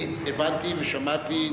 הבנתי ושמעתי.